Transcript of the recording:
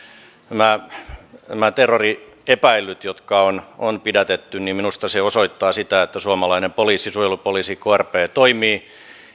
se että nämä terroriepäillyt on on pidätetty minusta osoittaa sitä että suomalainen poliisi suojelupoliisi krp toimii